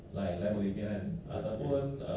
oh the ladder the loose ladder ah